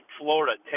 Florida